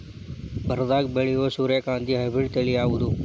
ಬರದಾಗ ಬೆಳೆಯೋ ಸೂರ್ಯಕಾಂತಿ ಹೈಬ್ರಿಡ್ ತಳಿ ಯಾವುದು?